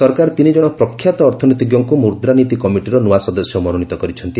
ସରକାର ତିନି ଜଣ ପ୍ରଖ୍ୟାତ ଅର୍ଥନୀତିଜ୍ଞଙ୍କୁ ମୁଦ୍ରାନୀତି କମିଟିର ନୂଆ ସଦସ୍ୟ ମନୋନୀତ କରିଛନ୍ତି